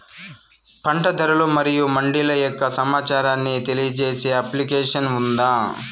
పంట ధరలు మరియు మండీల యొక్క సమాచారాన్ని తెలియజేసే అప్లికేషన్ ఉందా?